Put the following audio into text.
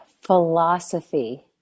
philosophy